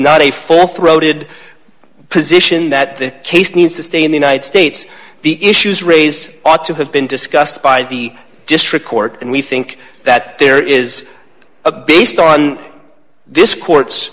not a full throated position that the case needs to stay in the united states the issues raised ought to have been discussed by the district court and we think that there is a based on this court